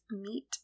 meat